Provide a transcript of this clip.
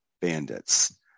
bandits